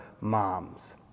moms